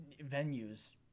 venues